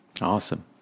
Awesome